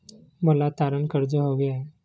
मला तारण कर्ज हवे आहे